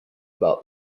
about